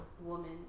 woman